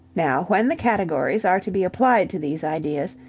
now when the categories are to be applied to these ideas,